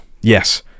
yes